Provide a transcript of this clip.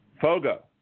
FOGO